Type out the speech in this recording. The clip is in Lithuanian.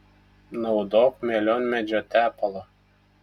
naudok melionmedžio tepalą